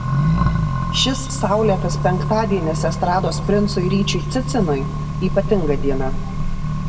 šis saulėtas penktadienis estrados princui ryčiui cicinui ypatinga diena